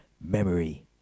Memory